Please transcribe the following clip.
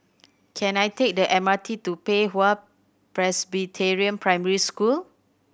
can I take the M R T to Pei Hwa Presbyterian Primary School